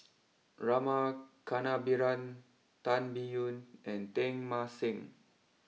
Rama Kannabiran Tan Biyun and Teng Mah Seng